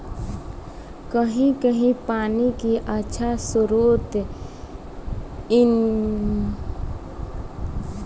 कही कही पानी के अच्छा स्त्रोत नइखे त लोग बारिश के पानी के बटोरे खातिर पोखरा के बनवले बा